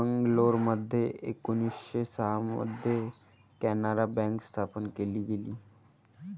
मंगलोरमध्ये एकोणीसशे सहा मध्ये कॅनारा बँक स्थापन केली गेली